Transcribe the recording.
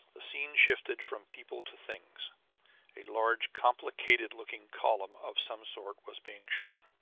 the scene shifted from people to things a large, complicated-looking column of some sort was being shown.